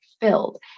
filled